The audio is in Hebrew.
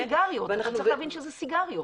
זה סיגריות, אתה צריך להבין שזה סיגריות.